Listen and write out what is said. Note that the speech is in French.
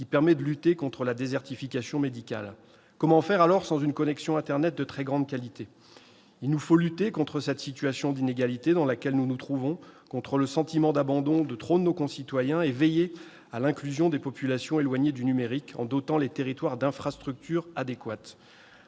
qui permet de lutter contre la désertification médicale. Comment faire alors sans une connexion internet de très grande qualité ? Il nous faut lutter contre la situation d'inégalité dans laquelle nous nous trouvons, contre le sentiment d'abandon de trop de nos concitoyens, et veiller à l'inclusion des populations éloignées du numérique, en dotant les territoires d'infrastructures adéquates.